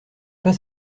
pas